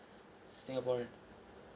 singaporean